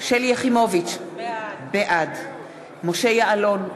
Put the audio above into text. שלי יחימוביץ, בעד משה יעלון,